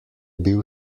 bil